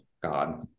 God